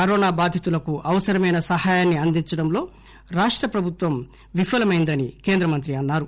corona బాధితులకు అవసరమైన సహాయాన్ని అందించడంలో రాష్ట ప్రభుత్వం విఫలమైందని కేంద్ర మంత్రి అన్నారు